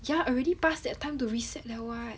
ya already pass that time to reset liao [what]